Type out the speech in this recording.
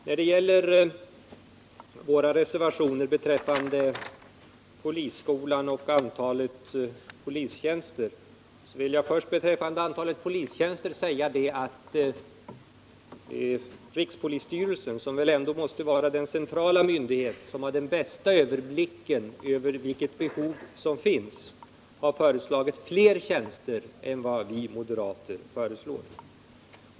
När det gäller våra reservationer beträffande polisskolan och antalet polistjänster vill jag först i fråga om antalet polistjänster säga att rikspolisstyrelsen, som väl ändå måste vara den centrala myndighet som har den bästa överblicken över vilket behov som finns, har föreslagit fler tjänster än vad vi moderater föreslår.